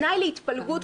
תנאי להתפלגות,